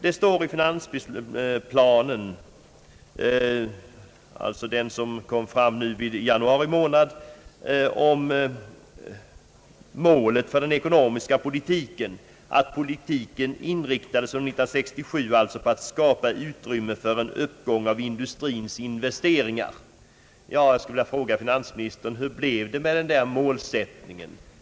I årets finansplan står att läsa om målet för den ekonomiska politiken, att den under år 1967 inriktades på att skapa utrymme för en uppgång av industrins investeringar. Hur blev det, herr finansminister, med denna målsättning?